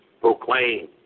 proclaim